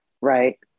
right